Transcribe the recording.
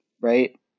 right